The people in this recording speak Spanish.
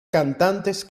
cantantes